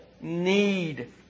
need